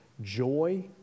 joy